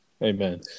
Amen